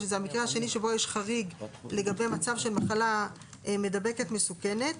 זה המקרה השני שבו יש חריג לגבי מצב של מחלה מידבקת מסוכנת.